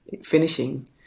finishing